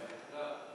בעד, 8,